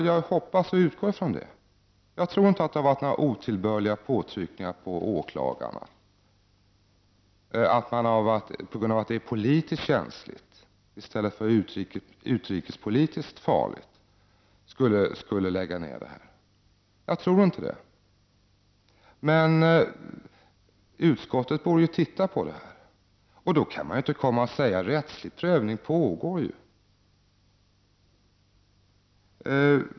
Jag hoppas och utgår från att det inte har varit några otillbörliga påtryckningar på åklagarna, att de på grund av att det är politiskt känsligt i stället för utrikespolitiskt farligt skulle lägga ned denna process. Jag tror inte det. Men utskottet borde titta på det här. Man kan inte komma och säga att rättslig prövning pågår.